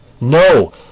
No